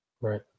Right